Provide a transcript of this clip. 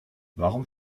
warum